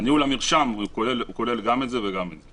ניהול המרשם כולל גם את זה וגם את זה.